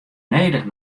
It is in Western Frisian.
nedich